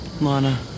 Lana